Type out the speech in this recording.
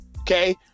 okay